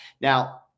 Now